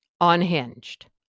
unhinged